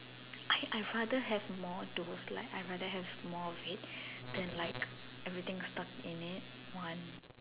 I I rather have more dose like I rather have more of it then like everything stuck in it one